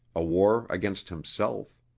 a war against himself.